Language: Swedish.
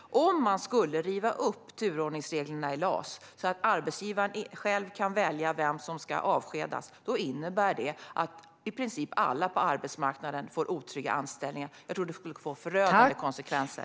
Om man skulle riva upp turordningsreglerna i LAS, så att arbetsgivaren själv kan välja vem som ska avskedas, innebär det att i princip alla på arbetsmarknaden får otrygga anställningar. Jag tror att det skulle få förödande konsekvenser.